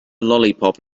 lollipop